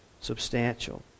substantial